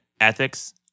ethics